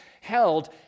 held